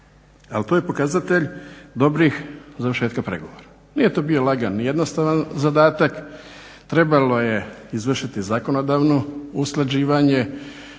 Ali to je pokazatelj dobrih završetka pregovora. Nije to bio lagan ni jednostavan zadatak, trebalo je izvršiti zakonodavno usklađivanje